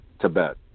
Tibet